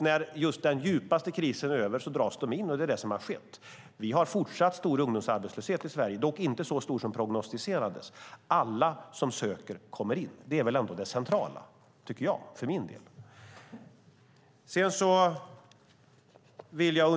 När den djupaste krisen är över dras de in, och det är det som har skett. Vi har fortsatt en stor ungdomsarbetslöshet i Sverige, dock inte så stor som prognostiserades. Alla som söker kommer in. Det är väl ändå det centrala? Det tycker jag för min del.